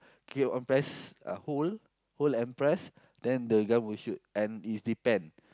keep on press uh hold hold and press then the guy will shoot and is depend